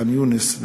בח'אן-יונס,